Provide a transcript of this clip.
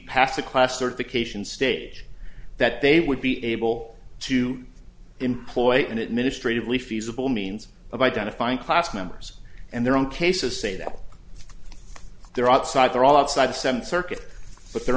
past the class certification stage that they would be able to employ and it ministry of lee feasible means of identifying class members and their own cases say that they're outside their all outside seven circuit but their